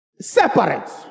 separate